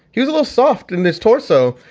he was a little soft in his torso.